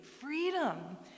freedom